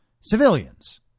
civilians